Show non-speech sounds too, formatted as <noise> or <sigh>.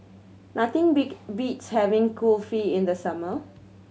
nothing <unintelligible> beats having Kulfi in the summer